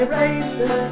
races